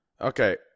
Okay